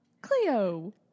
Cleo